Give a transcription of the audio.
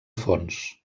fons